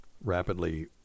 rapidly